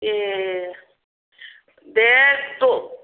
ए दे